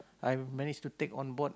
I'm manage to take on board